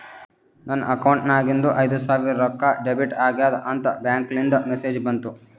ನನ್ ಅಕೌಂಟ್ ನಾಗಿಂದು ಐಯ್ದ ಸಾವಿರ್ ರೊಕ್ಕಾ ಡೆಬಿಟ್ ಆಗ್ಯಾದ್ ಅಂತ್ ಬ್ಯಾಂಕ್ಲಿಂದ್ ಮೆಸೇಜ್ ಬಂತು